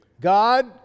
God